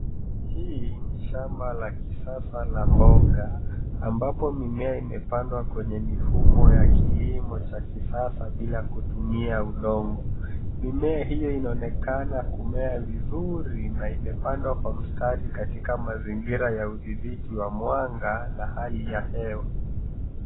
Hii ni shamba la kisasa la mboga, ambapo mimea imepandwa kwenye mifumo ya kilimo cha kisasa bila kutumia udongo. Mimea hiyo inaonekana kumea vizuri na imepandwa kwa mstari katika mazingira ya udhibiti wa mwanga na hali ya hewa.